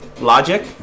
logic